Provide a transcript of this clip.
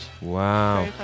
Wow